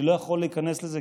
אני לא יכול להיכנס לזה,